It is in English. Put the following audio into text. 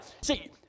See